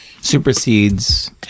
Supersedes